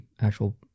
actual